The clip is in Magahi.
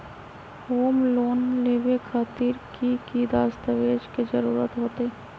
होम लोन लेबे खातिर की की दस्तावेज के जरूरत होतई?